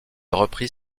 reprit